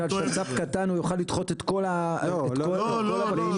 שצ"פ קטן הוא יוכל לדחות את כל --- לא, לא.